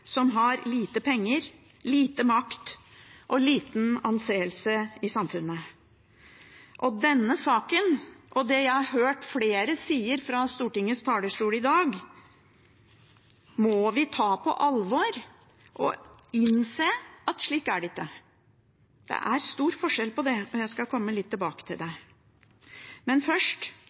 som har lite penger, lite makt og liten anseelse i samfunnet. Denne saken – og det har jeg hørt flere si fra Stortingets talerstol i dag – må vi ta på alvor og innse at slik er det ikke. Det er stor forskjell, noe jeg skal komme litt tilbake til. Men først